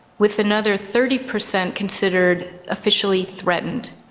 with another thirty percent considered officially threatened.